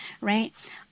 right